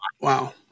Wow